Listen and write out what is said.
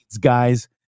guys